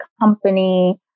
company